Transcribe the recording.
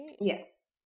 Yes